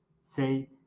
say